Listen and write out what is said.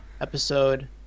episode